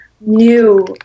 New